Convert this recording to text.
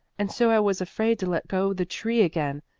and so i was afraid to let go the tree again,